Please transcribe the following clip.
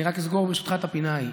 אני רק אסגור, ברשותך, את הפינה ההיא.